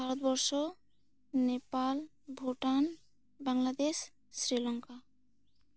ᱵᱷᱟᱨᱟᱛ ᱵᱚᱨᱥᱚ ᱱᱮᱯᱟᱞ ᱵᱷᱩᱴᱟᱱ ᱵᱟᱝᱞᱟᱫᱮᱥ ᱥᱨᱤᱞᱚᱝᱠᱟ